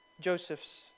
Joseph's